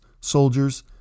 soldiers